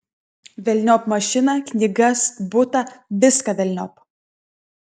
velniop mašiną knygas butą viską velniop